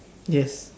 yes